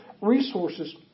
resources